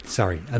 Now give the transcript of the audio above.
sorry